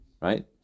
Right